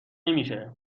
نمیشه